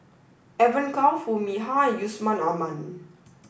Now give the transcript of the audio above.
Evon Kow Foo Mee Har and Yusman Aman